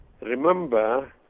remember